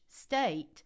state